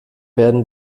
werden